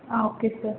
okay sir